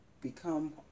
become